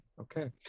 Okay